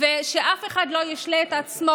נא לא להפריע.